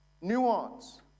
Nuance